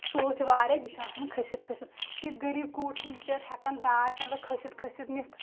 سۭتۍ واریاہ بیٚیہِ چھِ آسان کھٔسِتھ کھٔسِتھ یہِ غریٖب کوٗر چھَنہٕ بِچٲرۍ ہٮ۪کان داج مطلب کھٔسِتھ کھٔسِتھ نِتھ